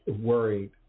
worried